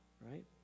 right